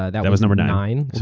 ah that that was number nine. so